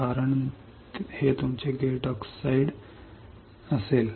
कारण हे तुमचे गेट ऑक्साईड असेल